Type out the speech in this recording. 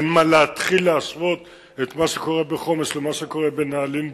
אין מה להתחיל להשוות את מה שקורה בחומש למה שקורה בנעלין-בילעין.